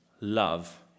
love